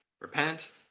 repent